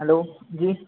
hello जी